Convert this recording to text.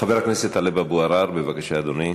חבר הכנסת טלב אבו-עראר, בבקשה, אדוני,